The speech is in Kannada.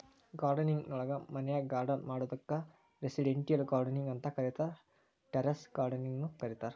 ಗಾರ್ಡನಿಂಗ್ ನೊಳಗ ಮನ್ಯಾಗ್ ಗಾರ್ಡನ್ ಮಾಡೋದಕ್ಕ್ ರೆಸಿಡೆಂಟಿಯಲ್ ಗಾರ್ಡನಿಂಗ್ ಅಂತ ಕರೇತಾರ, ಟೆರೇಸ್ ಗಾರ್ಡನಿಂಗ್ ನು ಮಾಡ್ತಾರ